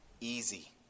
easy